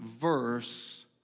verse